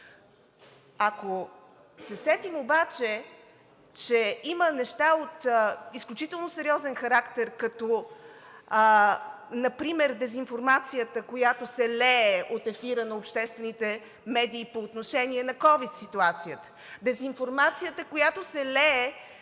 Ако се сетим обаче, че има неща от изключително сериозен характер, като например дезинформацията, която се лее от ефира на обществените медии по отношение на COVID ситуацията; дезинформацията, която се лее